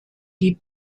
die